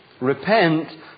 repent